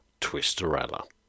Twisterella